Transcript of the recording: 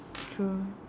true